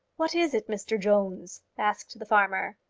what is it, mr jones? asked the farmer.